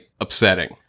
upsetting